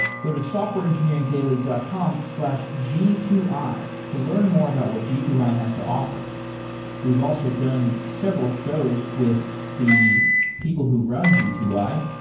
go to softwareengineeringdaily dot com slash g two i to learn more about what g two i has to offer we've also done several shows with the people who run g two i,